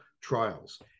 trials